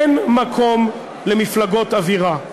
אין מקום למפלגות אווירה,